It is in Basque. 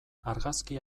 argazki